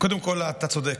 קודם כול אתה צודק.